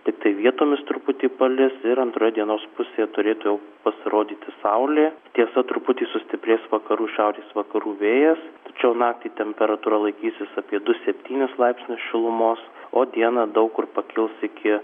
tiktai vietomis truputį palis ir antroje dienos pusėje turėtų jau pasirodyti saulė tiesa truputį sustiprės vakarų šiaurės vakarų vėjas tačiau naktį temperatūra laikysis apie du septynis laipsnius šilumos o dieną daug kur pakils iki